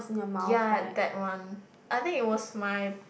ya that one I think it was my